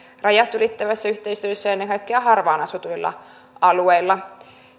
rajat ylittävässä yhteistyössä ennen kaikkea harvaan asutuilla alueilla